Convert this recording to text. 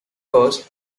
coast